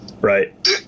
right